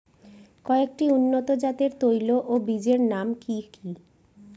কয়েকটি উন্নত জাতের তৈল ও বীজের নাম কি কি?